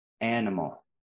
animal